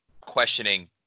questioning